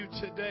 today